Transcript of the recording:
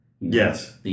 Yes